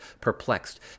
perplexed